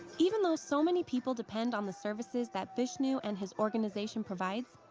even though so many people depend on the services that bishnu and his organization provides,